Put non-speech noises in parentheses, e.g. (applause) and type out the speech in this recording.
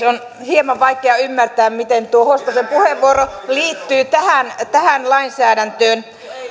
(unintelligible) on hieman vaikea ymmärtää miten tuo hoskosen puheenvuoro liittyy tähän lainsäädäntöön